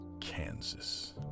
Kansas